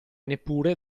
neppure